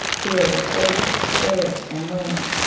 here were tables, chairs, and linen.